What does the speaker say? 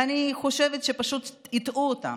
ואני חושבת שפשוט הטעו אותם.